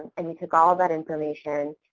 and we took all that information,